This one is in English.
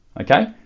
Okay